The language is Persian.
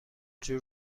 جور